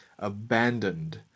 abandoned